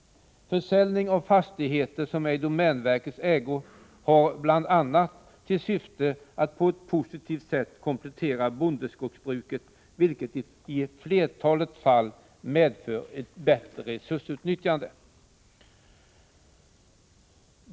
Försäljningen av fastigheter som är i domänverkets ägo har bl.a. till syfte att på ett positivt sätt komplettera bondeskogsbruket, vilket i flertalet fall medför ett bättre resursutnyttjande.